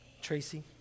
Tracy